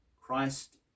Christ